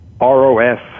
ROS